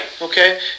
Okay